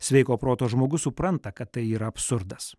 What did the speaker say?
sveiko proto žmogus supranta kad tai yra absurdas